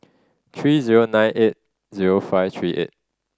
three zero nine eight zero five three eight